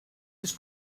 his